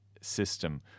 system